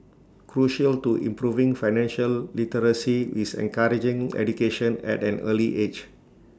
crucial to improving financial literacy is encouraging education at an early age